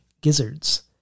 gizzards